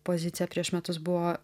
poziciją prieš metus buvo